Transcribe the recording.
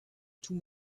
tout